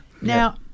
Now